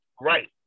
Right